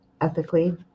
ethically